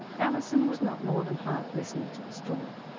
allison was not more than half listening to the story.